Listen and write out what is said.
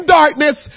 darkness